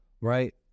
right